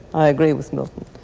i agree with milton.